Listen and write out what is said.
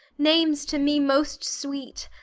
names to me most sweet,